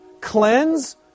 cleanse